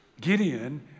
Gideon